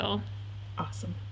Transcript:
Awesome